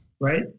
right